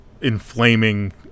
inflaming